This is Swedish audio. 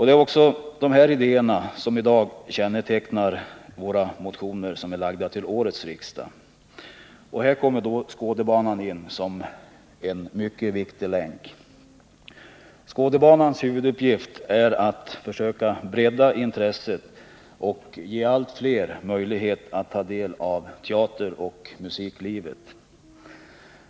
Det är dessa idéer som i dag kännetecknar våra motioner väckta under detta riksmöte. Och här kommer Skådebanan in som en mycket viktig länk. Skådebanans huvuduppgift är att försöka bredda intresset för och ge allt fler möjligheter att ta del av teateroch musiklivet.